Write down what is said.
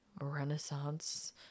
renaissance